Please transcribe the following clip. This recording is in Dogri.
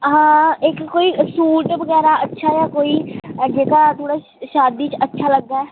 हां इक कोई सूट बगैरा सेआया कोई जेह्का थोह्ड़ा शादी च अच्छा लग्गै